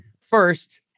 first